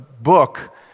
book